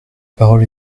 parole